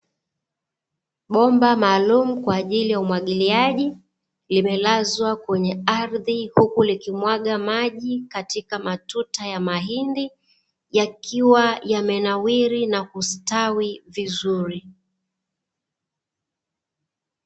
Bomba maalumu kwa ajili ya umwagiliaji, limelazwa kwenye ardhi huku likimwaga maji katika matuta ya mahindi, yakiwa yamenawiri na kustawi vizuri.